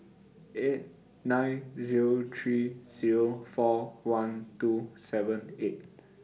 eight nine Zero three Zero four one two seven eight